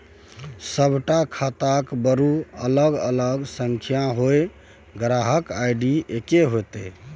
सभटा खाताक बरू अलग अलग संख्या होए ग्राहक आई.डी एक्के हेतै